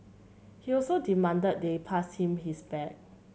he also demanded they pass him his bag